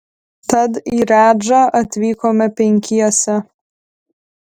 tad į redžą atvykome penkiese